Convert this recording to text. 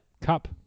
Cup